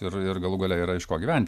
ir ir galų gale yra iš ko gyventi